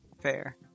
Fair